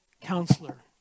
counselor